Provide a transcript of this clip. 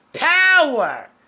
Power